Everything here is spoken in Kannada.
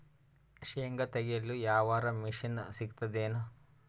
ಶೇಂಗಾ ತೆಗೆಯಲು ಯಾವರ ಮಷಿನ್ ಸಿಗತೆದೇನು?